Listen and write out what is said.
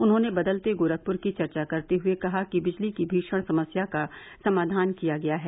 उन्होंने बदलते गोरखपुर की चर्चा करते हुए कहा कि बिजली की भीषण समस्या का समाधान किया गया है